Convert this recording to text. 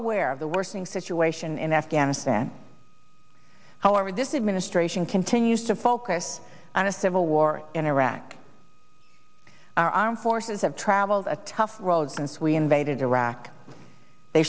aware of the worsening situation in afghanistan however this administration continues to focus on a civil war in iraq our armed forces have traveled a tough road since we invaded iraq they